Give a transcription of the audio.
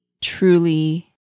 truly